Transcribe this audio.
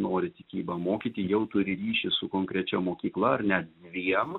nori tikybą mokyti jau turi ryšį su konkrečia mokykla ar net dviem